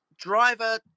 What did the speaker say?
driver